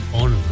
on